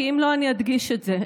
כי אם לא, אני אדגיש את זה.